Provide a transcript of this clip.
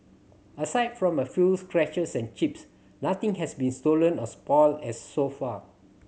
aside from a few scratches and chips nothing has been stolen or spoilt as so far